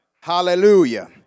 Hallelujah